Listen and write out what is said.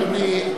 אדוני,